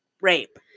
Rape